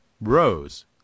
rose